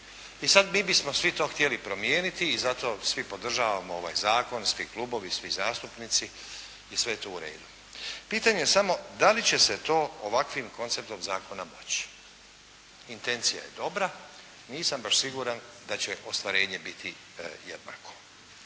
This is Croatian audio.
I sad mi bismo svi to htjeli promijeniti i zato svi podržavamo ovaj zakon, svi klubovi, svi zastupnici i sve je to u redu. Pitanje je samo da li će se to ovakvim konceptom zakona moći. Intencija je dobra. Nisam baš siguran da će ostvarenje biti jednako.